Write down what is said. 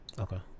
Okay